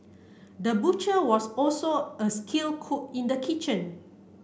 the butcher was also a skilled cook in the kitchen